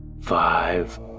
five